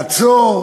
לעצור,